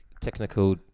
technical